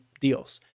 deals